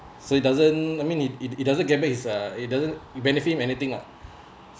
so it doesn't I mean it it it doesn't get back is uh it doesn't benefit anything lah